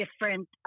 different